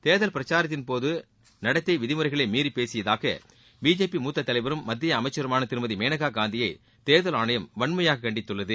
தேர்தல் பிரச்சாரத்தின்போது நடத்தை விதிமுறைகளை மீறி பேசியதாக பிஜேபி மூத்த தலைவரும் மத்திய அமைச்சருமான திருமதி மேனகா காந்தியை தேர்தல் ஆணையம் வன்மையாக கண்டித்துள்ளது